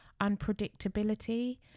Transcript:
unpredictability